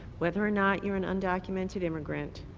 whether or not you're an undocumented immigrant,